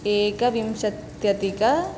एकविंशत्यधिक